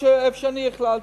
איפה שאני החלטתי,